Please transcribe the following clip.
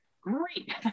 Great